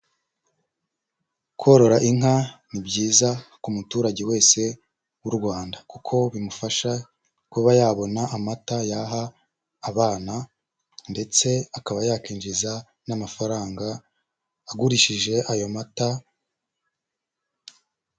Korora inka ni byiza ku muturage wese w'u Rwanda, kuko bimufasha kuba yabona amata yaha abana ndetse akaba yakinjiza n'amafaranga, agurishije ayo mata.